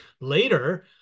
later